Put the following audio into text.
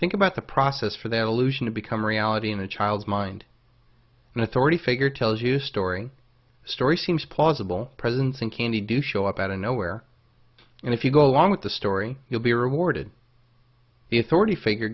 think about the process for that illusion to become reality in a child's mind an authority figure tells you story story seems plausible presidents and candy do show up out of nowhere and if you go along with the story you'll be rewarded the authority figure